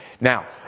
Now